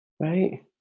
Right